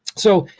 so,